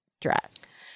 dress